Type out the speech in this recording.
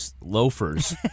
loafers